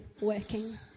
working